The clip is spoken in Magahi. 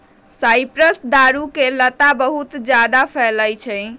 साइप्रस दारू के लता बहुत जादा फैला हई